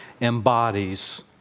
embodies